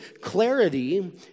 clarity